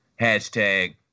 hashtag